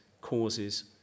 causes